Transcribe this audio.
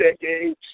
decades